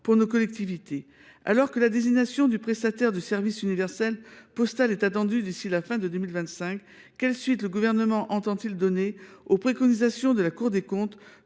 pour les collectivités. Alors que la désignation du prestataire du service universel postal est attendue d’ici à la fin de 2025, quelle suite le Gouvernement entend il donner aux préconisations de la Cour des comptes,